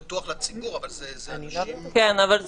פתוח לציבור, אבל אלה אנשים --- תקני